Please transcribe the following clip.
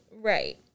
Right